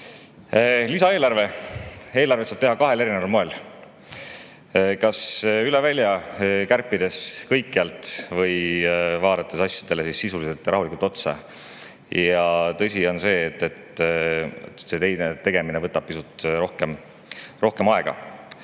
Lisaeelarve. Seda eelarvet saab teha kahel erineval moel, kas üle välja kärpides, kõikjalt, või vaadates asjadele sisuliselt ja rahulikult otsa. Ja tõsi on see, et see teisena [nimetatud] tegemine võtab pisut rohkem aega,